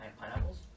pineapples